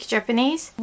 Japanese